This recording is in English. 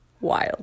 wild